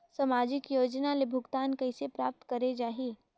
समाजिक योजना ले भुगतान कइसे प्राप्त करे जाहि?